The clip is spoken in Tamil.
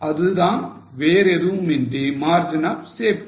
அதுதான் வேறு ஏதும் இன்றி margin of safety